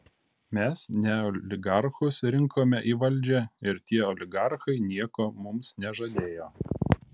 mes ne oligarchus rinkome į valdžią ir tie oligarchai nieko mums nežadėjo